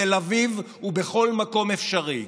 בתל אביב ובכל מקום אפשרי.